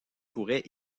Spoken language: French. pourrait